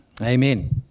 Amen